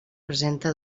presenta